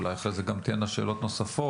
אולי אחרי זה גם תהיינה שאלות נוספות.